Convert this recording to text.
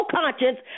conscience